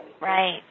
Right